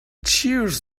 cheers